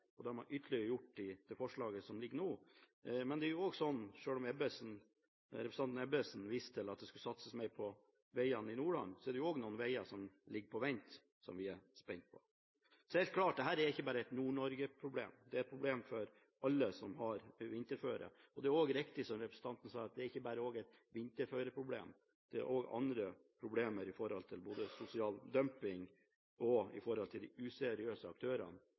og det har de ytterligere gjort i det forslaget som ligger nå. Selv om representanten Ebbesen viste til at det skulle satses mer på vegene i Nordland, er det også noen veger som ligger på vent, som vi er spente på. Dette er helt klart ikke bare et Nord-Norge-problem, det er et problem for alle som har vinterføre. Det er også riktig, som representanten sa, at det heller ikke bare er et vinterføreproblem. Det er også andre problemer når det gjelder både sosial dumping og de useriøse aktørene,